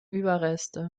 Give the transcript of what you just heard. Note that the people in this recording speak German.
überreste